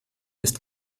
ist